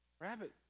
rabbit